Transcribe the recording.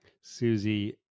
Susie